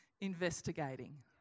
investigating